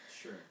sure